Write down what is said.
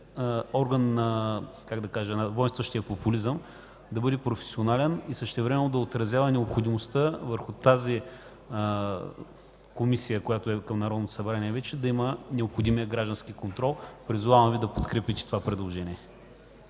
кажа, на войнстващия популизъм, да бъде професионален и същевременно да отразява необходимостта върху тази Комисия, която е към Народното събрание вече, да има необходимия граждански контрол. Призовавам Ви да подкрепите това предложение.